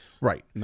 Right